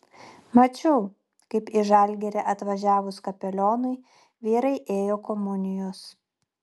mačiau kaip į žalgirį atvažiavus kapelionui vyrai ėjo komunijos